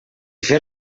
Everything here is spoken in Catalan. fer